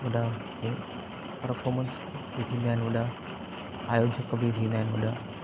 वॾा पर्फ़ोर्मेंस बि थींदा आहिनि वॾा आयोजक बि थींदा आहिनि वॾा